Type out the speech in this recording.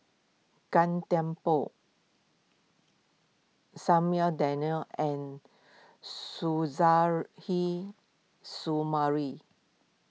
Gan Thiam Poh Samuel Dyer and Suzairhe Sumari